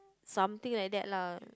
something like that lah